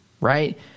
right